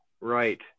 Right